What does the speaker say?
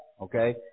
Okay